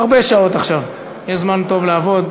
הרבה שעות עכשיו, יש זמן טוב לעבוד.